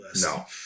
No